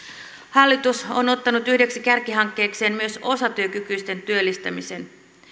hallitus on ottanut yhdeksi kärkihankkeekseen myös osatyökykyisten työllistämisen